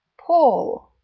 paul!